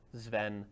zven